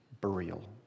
burial